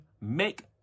make